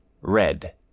red